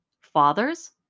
Fathers